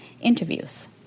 interviews